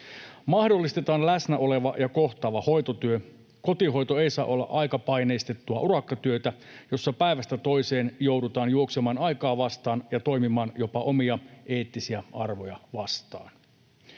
Mahdollistetaan läsnä oleva ja kohtaava hoitotyö. Kotihoito ei saa olla aikapaineistettua urakkatyötä, jossa päivästä toiseen joudutaan juoksemaan aikaa vastaan ja toimimaan jopa omia eettisiä arvoja vastaan.